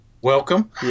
Welcome